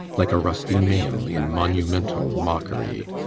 like a rusty mail in monumental mock'ry.